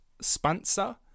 spencer